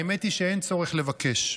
האמת היא שאין צורך לבקש,